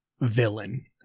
villain